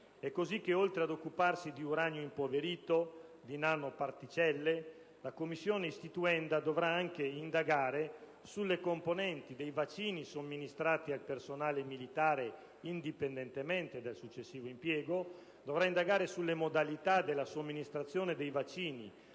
È così che, oltre ad occuparsi di uranio impoverito e di nanoparticelle, la Commissione istituenda dovrà anche indagare sulle componenti dei vaccini somministrati al personale militare, indipendentemente dal successivo impiego, dovrà indagare sulle modalità della somministrazione dei vaccini